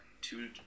two